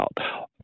out